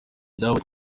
ibyabaye